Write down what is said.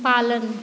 पालन